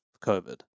COVID